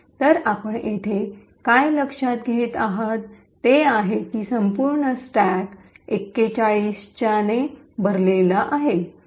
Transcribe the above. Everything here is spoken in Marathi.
तर आपण येथे काय लक्षात घेत आहात ते आहे की संपूर्ण स्टॅक 41 च्या ने भरला आहे